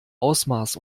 ausmaß